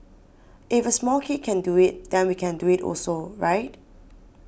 if a small kid can do it then we can do it also right